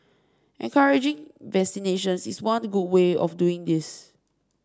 encouraging vaccinations is one good way of doing this